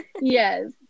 Yes